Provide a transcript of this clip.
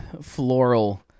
Floral